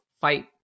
fight